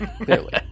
Clearly